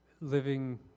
living